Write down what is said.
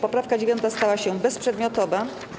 Poprawka 9. stała się bezprzedmiotowa.